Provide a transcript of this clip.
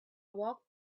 walked